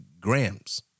grams